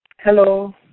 Hello